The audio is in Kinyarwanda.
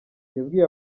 yabwiye